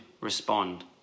respond